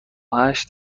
هشت